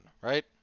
right